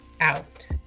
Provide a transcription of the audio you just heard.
out